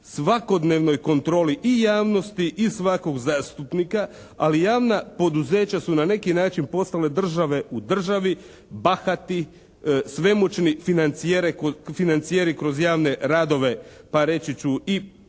svakodnevnoj kontroli i javnosti i svakog zastupnika ali javna poduzeća su na neki način postale države u državi, bahati, svemoćni financijeri kroz javne radove pa reći ću i